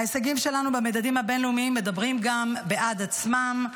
ההישגים שלנו במדדים הבין-לאומיים גם מדברים בעד עצמם.